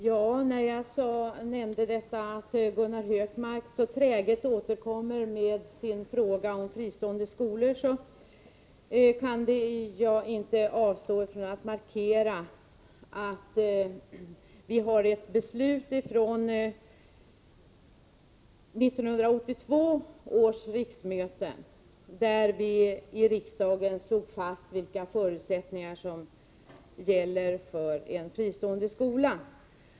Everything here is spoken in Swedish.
Fru talman! När nu Gunnar Hökmark så träget återkommer med sin fråga om fristående skolor kan jag inte avstå från att påminna om att vi har ett beslut från 1982 där det slogs fast vilka förutsättningar som gäller för en fristående skola.